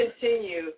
continue